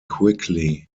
quickly